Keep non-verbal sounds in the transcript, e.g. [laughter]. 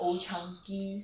[breath]